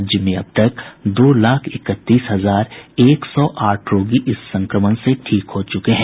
राज्य में अबतक दो लाख इकतीस हजार एक सौ आठ रोगी इस संक्रमण से ठीक हो चुके हैं